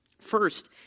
First